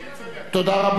תודה רבה.